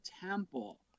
Temple